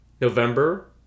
November